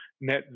net